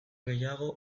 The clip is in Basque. gehiago